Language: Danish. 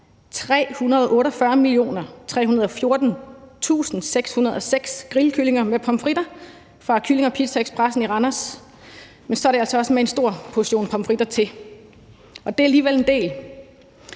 1.348.314.606 grillkyllinger med pomfritter fra Kylling & Pizza Ekspressen i Randers, men så er det altså også med en stor portion pomfritter til. Det er alligevel en del.